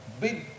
big